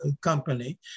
company